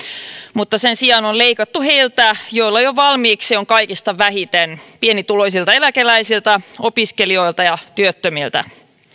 mutta sen sijaan on leikattu niiltä joilla jo valmiiksi on kaikista vähiten pienituloisilta eläkeläisiltä opiskelijoilta ja työttömiltä